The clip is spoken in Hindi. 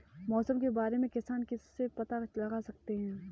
मौसम के बारे में किसान किससे पता लगा सकते हैं?